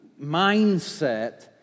mindset